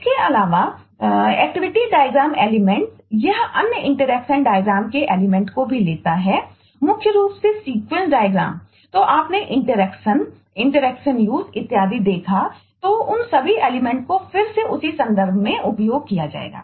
इसके अलावा activity diagram element को फिर से उसी संदर्भ में उपयोग किया जाएगा